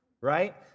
right